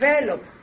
develop